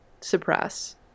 suppress